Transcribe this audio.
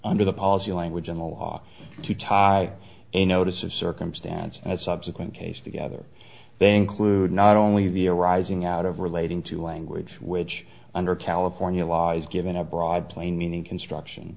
under the policy language in the law to tie a notice of circumstance and a subsequent case together they include not only the arising out of relating to language which under california law is given a broad plain meaning construction